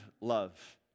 love